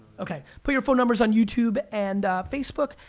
okay, put your phone numbers on youtube and facebook.